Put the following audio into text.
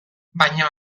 baino